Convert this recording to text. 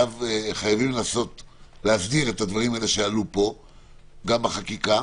שחייבים להסדיר את הדברים שעלו פה גם בחקיקה,